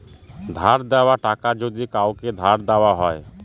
ধার দেওয়া টাকা যদি কাওকে ধার দেওয়া হয়